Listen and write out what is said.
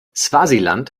swasiland